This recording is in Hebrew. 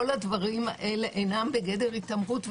כל הדברים האלה אינם בגדר התעמרות.